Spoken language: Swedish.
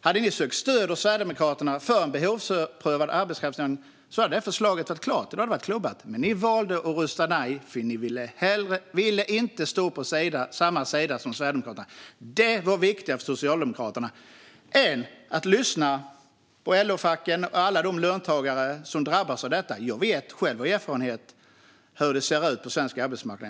Hade man sökt stöd hos Sverigedemokraterna för behovsprövad arbetskraftsinvandring hade det förslaget varit klubbat och klart. Men man valde att rösta nej, för att man inte ville stå på samma sida som Sverigedemokraterna. Det var viktigare för Socialdemokraterna än att lyssna på LO-facken och alla de löntagare som drabbas av detta. Jag vet själv av erfarenhet hur det ser ut på svensk arbetsmarknad.